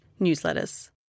newsletters